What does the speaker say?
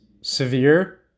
severe